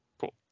Cool